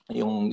yung